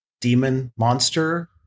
demon-monster